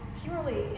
purely